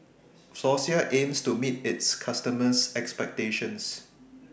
Floxia aims to meet its customers' expectations